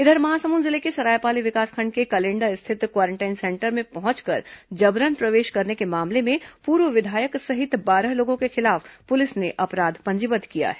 इधर महासमुद जिले के सरायपाली विकासखंड के कलेंडा स्थित क्वारेंटाइन सेंटर में पहुंचकर जबरन प्रवेश करने के मामले में पूर्व विधायक सहित बारह लोगों के खिलाफ पुलिस ने अपराध पंजीबद्द किया है